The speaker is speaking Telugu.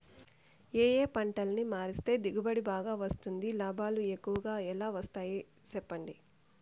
ఏ ఏ పంటలని మారిస్తే దిగుబడి బాగా వస్తుంది, లాభాలు ఎక్కువగా ఎలా వస్తాయి సెప్పండి